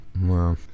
wow